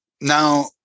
Now